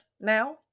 now